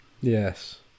yes